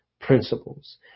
principles